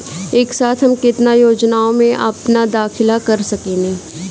एक साथ हम केतना योजनाओ में अपना दाखिला कर सकेनी?